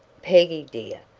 peggy, dear,